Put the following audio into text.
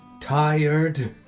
tired